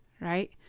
right